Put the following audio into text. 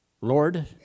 Lord